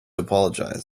apologize